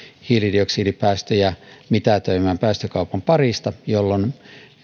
hiilidioksidipäästöjä mitätöimään päästökaupan parista jolloin